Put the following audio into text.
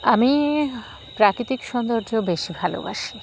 আমি প্রাকৃতিক সৌন্দর্য বেশি ভালোবাসি